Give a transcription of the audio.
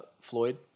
Floyd